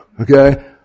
okay